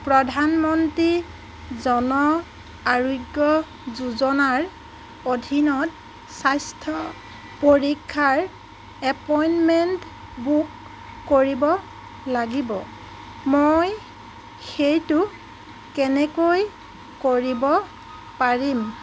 প্ৰধানমন্ত্ৰী জন আৰোগ্য যোজনাৰ অধীনত স্বাস্থ্য পৰীক্ষাৰ এপইণ্টমেণ্ট বুক কৰিব লাগিব মই সেইটো কেনেকৈ কৰিব পাৰিম